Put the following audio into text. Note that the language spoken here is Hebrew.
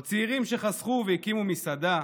או צעירים שחסכו והקימו מסעדה,